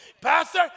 pastor